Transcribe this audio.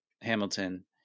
Hamilton